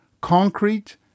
concrete